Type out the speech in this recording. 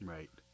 Right